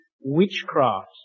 witchcraft